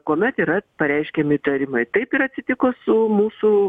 kuomet yra pareiškiami įtarimai taip ir atsitiko su mūsų